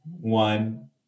one